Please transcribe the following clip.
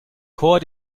chor